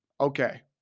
okay